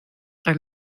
are